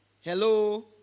hello